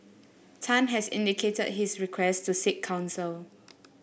Tan has indicated his request to seek counsel